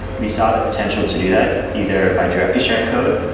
we saw the potential to do that either by directly sharing code,